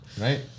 Right